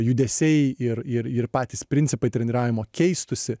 judesiai ir ir ir patys principai treniravimo keistųsi